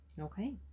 Okay